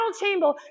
chamber